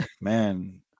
man